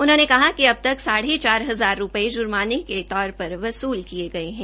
उनहोंने कहा कि अब तक साढ़े चार हजार रूपये जुर्माने के तौर पर वसूल किये गये है